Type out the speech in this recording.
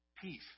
peace